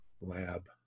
Lab